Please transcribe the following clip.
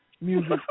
music